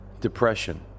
Depression